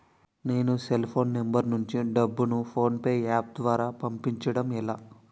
నేను cell phone number నుంచి డబ్బును ను ఫోన్పే అప్ ద్వారా పంపించడం ఎలా?